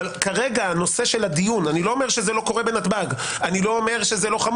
כרגע נושא הדיון לא אומר שזה לא קורה בנתב"ג,